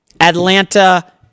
Atlanta